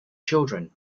children